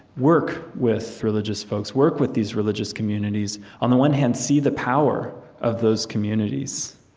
work with religious folks, work with these religious communities. on the one hand, see the power of those communities,